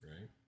Right